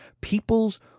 peoples